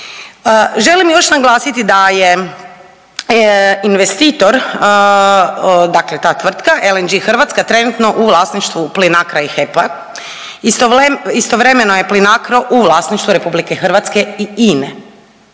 Želim još naglasiti da je investitor, dakle ta tvrtka LNG Hrvatska trenutno u vlasništvu Plinacroa i HEP-a, istovremeno je Plinacro u vlasništvu RH i INA-e i INA-e,